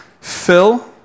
Phil